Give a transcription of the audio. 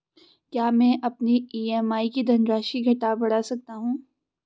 क्या मैं अपनी ई.एम.आई की धनराशि घटा बढ़ा सकता हूँ?